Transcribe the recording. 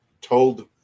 told